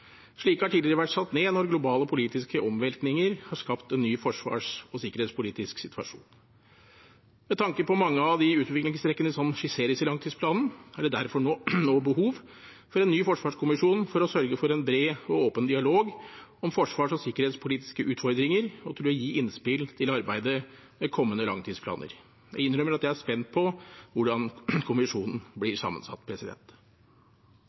har tidligere vært satt ned når globale og politiske omveltninger har skapt en ny forsvars- og sikkerhetspolitisk situasjon. Med tanke på mange av de utviklingstrekkene som skisseres i langtidsplanen, er det derfor nå behov for en ny forsvarskommisjon, for å sørge for en bred og åpen dialog om forsvars- og sikkerhetspolitiske utfordringer og til å gi innspill til arbeidet med kommende langtidsplaner. Jeg innrømmer at jeg er spent på hvordan kommisjonen